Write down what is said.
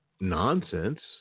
nonsense